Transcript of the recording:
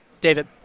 David